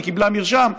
היא קיבלה מרשם,